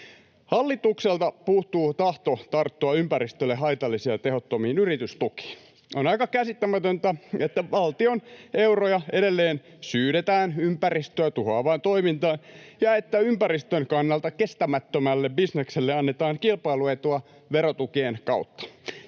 Hallitukselta puuttuu tahto tarttua ympäristölle haitallisiin ja tehottomiin yritystukiin. [Sheikki Laakso: Niin kuin edellinen hallitus!] On käsittämätöntä, että valtion euroja edelleen syydetään ympäristöä tuhoavaan toimintaan ja että ympäristön kannalta kestämättömälle bisnekselle annetaan kilpailuetua verotukien kautta.